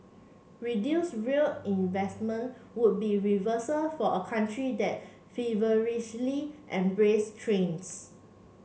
reduce rail investment would be reversal for a country that's feverishly embraced trains